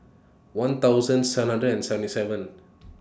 one thousand seven hundred and seventy seven